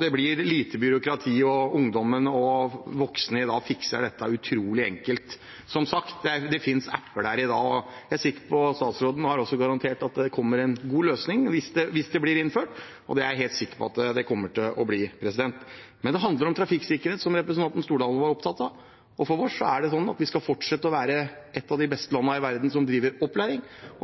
Det blir lite byråkrati, og ungdom og voksne i dag fikser dette utrolig enkelt. Som sagt, det finnes apper der i dag. Jeg er sikker på, og statsråden har også garantert, at det kommer en god løsning hvis det blir innført, og det er jeg helt sikker på at det kommer til å bli. Det handler om trafikksikkerhet, som representanten Stordalen var opptatt av. Vi skal fortsette å være et av de beste landene i verden på opplæring,